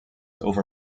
over